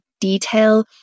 detail